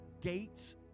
gates